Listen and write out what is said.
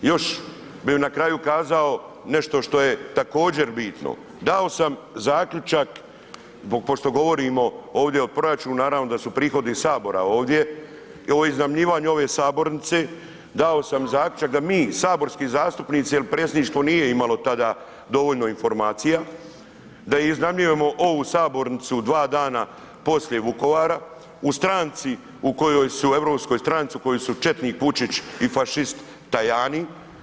Još bih na kraju kazao nešto što je također bitno, dao sam zaključak zbog pošto govorimo ovdje o proračunu, naravno da su prihodi Sabora ovdje i ovo iznajmljivanje ove sabornice, dao sam zaključak da mi saborski zastupnici jer predsjedništvo nije imalo tada dovoljno informacija da iznajmljujemo ovu sabornicu dva dana poslije Vukovara u stranci u kojoj su, u europskoj stranci u kojoj su četnik Vučić i fašist Tajani.